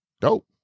dope